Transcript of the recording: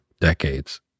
decades